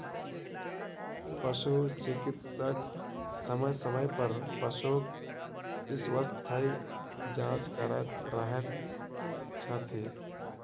पशु चिकित्सक समय समय पर पशुक स्वास्थ्य जाँच करैत रहैत छथि